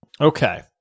Okay